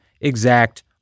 exact